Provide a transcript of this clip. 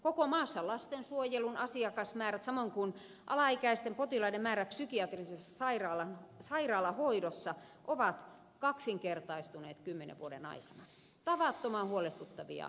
koko maassa lastensuojelun asiakasmäärät samoin kuin alaikäisten potilaiden määrä psykiatrisessa sairaalahoidossa ovat kaksinkertaistuneet kymmenen vuoden aikana tavattoman huolestuttavia trendejä